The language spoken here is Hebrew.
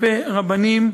כלפי רבנים,